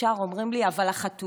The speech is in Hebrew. ישר אומרים לי: אבל החתולים,